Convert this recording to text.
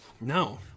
No